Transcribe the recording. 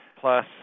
plus